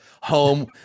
home